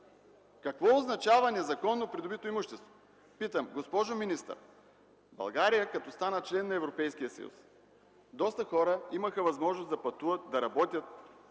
Какво означава незаконно придобито имущество? Госпожо министър, България стана член на Европейския съюз. Тогава доста хора имаха възможност да пътуват, да работят